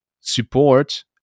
support